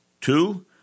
Two